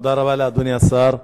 תודה רבה לאדוני השר.